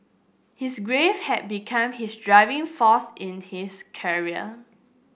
his grief had become his driving force in his career